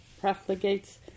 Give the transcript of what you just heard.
profligates